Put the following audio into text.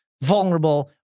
vulnerable